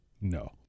No